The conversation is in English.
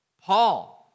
Paul